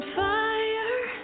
fire